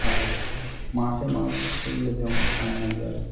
আর মাঠে মাছ ধরতে গেলে যেমন পান্না জাল